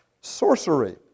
sorcery